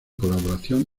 colaboración